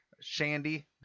shandy